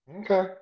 Okay